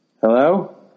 Hello